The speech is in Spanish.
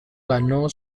ganó